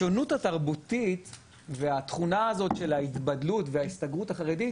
השונות התרבותית והתכונה הזאת של ההתבדלות וההסתגרות החרדית